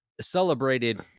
celebrated